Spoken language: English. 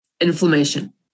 inflammation